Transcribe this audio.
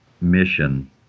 Mission